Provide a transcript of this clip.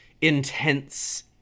intense